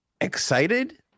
excited